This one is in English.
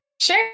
Sure